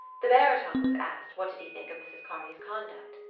the baritone was asked what did he think of mrs. kearney's conduct.